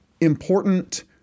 important